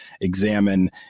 examine